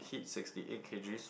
hit sixty eight K_G soon